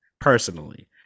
personally